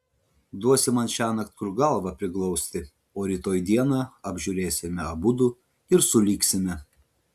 duosi man šiąnakt kur galvą priglausti o rytoj dieną apžiūrėsime abudu ir sulygsime